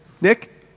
Nick